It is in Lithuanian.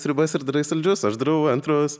sriubas ir darai saldžius o aš darau antrus